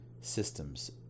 systems